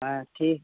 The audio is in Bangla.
হ্যাঁ ঠিক